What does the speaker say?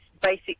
basic